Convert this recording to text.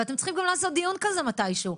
ואתם צריכים גם לעשות דיון כזה מתישהו.